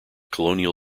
colonial